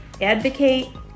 advocate